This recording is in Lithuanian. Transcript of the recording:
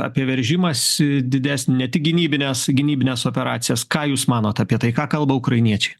apie veržimąsi didesnį ne tik gynybines gynybines operacijas ką jūs manot apie tai ką kalba ukrainiečiai